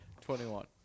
twenty-one